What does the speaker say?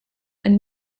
and